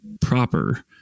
proper